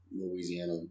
Louisiana